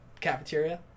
Cafeteria